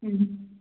ಹ್ಞೂ